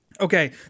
okay